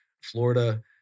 Florida